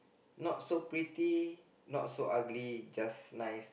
not so pretty not so ugly just nice